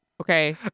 Okay